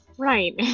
Right